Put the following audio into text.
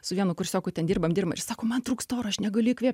su vienu kursioku ten dirbam dirm ir sako man trūksta oro aš negaliu įkvėp